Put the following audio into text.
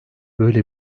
böyle